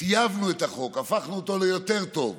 וטייבנו את החוק, הפכנו אותו ליותר טוב,